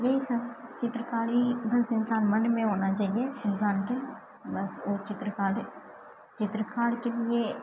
यही सब चित्रकारी बस इंसान मनमे होना चाहिये इंसानके बस ओ चित्रकारी चित्रकारके लिये